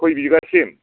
खय बिगासिम